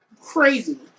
Crazy